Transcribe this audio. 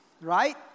right